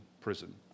prison